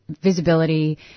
visibility